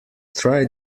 try